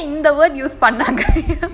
இந்த:indha word use பண்ணாத:pannatha